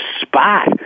Spot